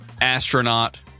astronaut